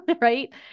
right